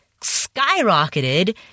skyrocketed